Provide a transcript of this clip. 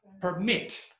Permit